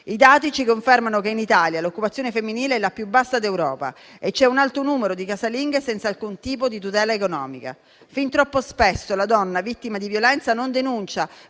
I dati ci confermano che in Italia l'occupazione femminile è la più bassa d'Europa e c'è un alto numero di casalinghe senza alcun tipo di tutela economica. Fin troppo spesso la donna vittima di violenza non denuncia